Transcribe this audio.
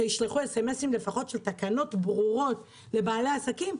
שישלחו סמ"סים לפחות של תקנות ברורות לבעלי העסקים.